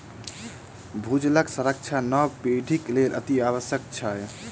भूजलक संरक्षण नव पीढ़ीक लेल अतिआवश्यक छै